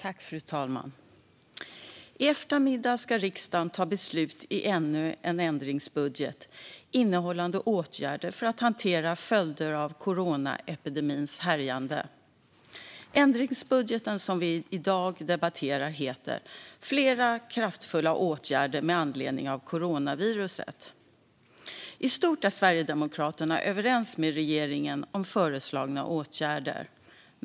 Fru talman! I eftermiddag ska riksdagen ta beslut om ännu en ändringsbudget innehållande åtgärder för att hantera följder av coronaepidemins härjningar. Ändringsbudgeten som vi i dag debatterar har titeln Fler kraftfulla åtgärder med anledning av coronaviruset . I stort är Sverigedemokraterna överens med regeringen om föreslagna åtgärder.